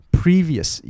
previous